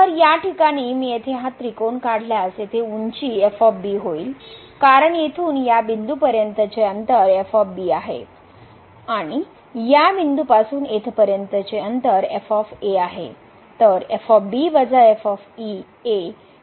तर या ठिकाणी मी येथे हा त्रिकोण काढल्यास येथे उंची होईल कारण येथून या बिंदूपर्यंतचे अंतर आहे आणि या बिंदूपासून येथपर्यंतचे अंतर f आहे